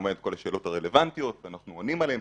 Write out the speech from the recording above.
כמובן את כל השאלות הרלוונטיות ואנחנו עונים עליהן,